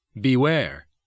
Beware